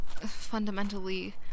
fundamentally